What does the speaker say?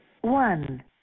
One